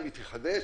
אם יתחדש,